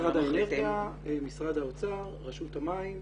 משרד האנרגיה, משרד האוצר, רשות המים.